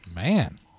Man